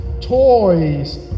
toys